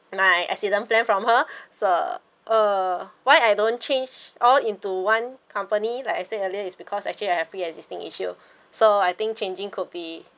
my accident plan from her so uh why I don't change all into one company like I said earlier is because actually I have pre existing issue so I think changing could be